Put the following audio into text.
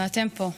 אבל אתם פה.